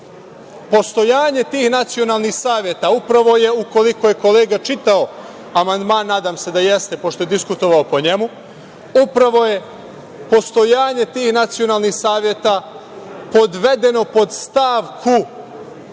Postojanje tih nacionalnih saveta upravo je, ukoliko je kolega čitao amandman, nadam se da jeste, pošto je diskutovao po njemu, upravo je postojanje tih nacionalnih saveta podvedeno pod stavku